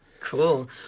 Cool